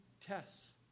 tests